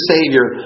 Savior